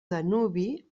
danubi